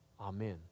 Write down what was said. Amen